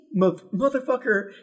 motherfucker